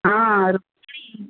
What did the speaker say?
ହଁ ରୁକ୍ମିଣୀ